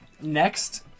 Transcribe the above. Next